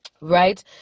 Right